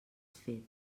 fet